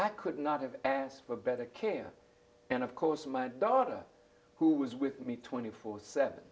i could not have asked for better care and of course my daughter who was with me twenty four seven